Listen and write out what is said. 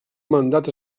mandat